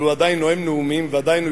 אבל הוא עדיין נואם נאומים ועדיין הוא